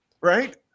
right